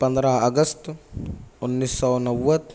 پندرہ اگست انیس سو نود